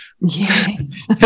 Yes